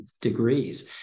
degrees